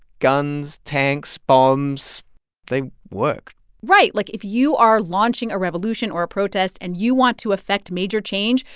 guns, tanks, bombs they work right. like, if you are launching a revolution or a protest and you want to effect major change,